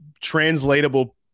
translatable